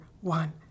one